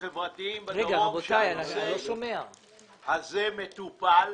חברתיים בדרום שהנושא הזה מטופל.